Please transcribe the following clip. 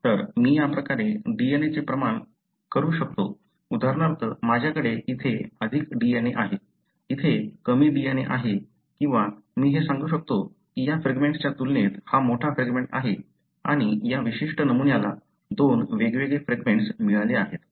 तर मी या प्रकारे DNA चे प्रमाण करू शकतो उदाहरणार्थ माझ्याकडे इथे अधिक DNA आहे इथे कमी DNA आहे किंवा मी हे सांगू शकतो की या फ्रॅगमेंटच्या तुलनेत हा मोठा फ्रॅगमेंट आहे आणि या विशिष्ट नमुन्याला दोन वेग वेगळे फ्रॅगमेंट्स मिळाले आहेत